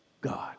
God